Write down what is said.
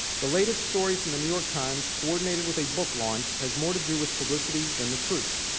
the latest story from the new york times coordinated with a book launch has more to do with publicity than the truth.